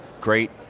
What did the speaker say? great